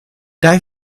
die